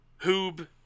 Hoob